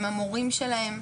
עם המורים שלהם.